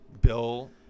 Bill